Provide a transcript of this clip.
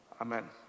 Amen